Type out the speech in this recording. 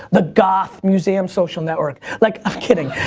the goth museum social network, like, i'm kidding.